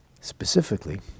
Specifically